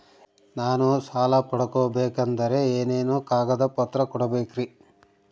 ನಾನು ಸಾಲ ಪಡಕೋಬೇಕಂದರೆ ಏನೇನು ಕಾಗದ ಪತ್ರ ಕೋಡಬೇಕ್ರಿ?